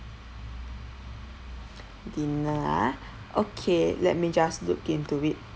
dinner ah okay let me just look into it